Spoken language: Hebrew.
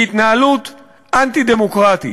היא התנהלות אנטי-דמוקרטית.